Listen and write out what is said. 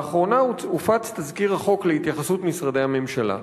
לאחרונה הופץ תזכיר החוק להתייחסות משרדי הממשלה.